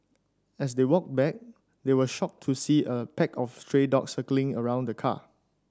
as they walked back they were shocked to see a pack of stray dog circling around the car